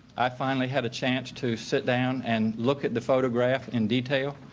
i finally had a chance to sit down and look at the photograph in detail.